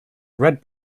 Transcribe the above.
red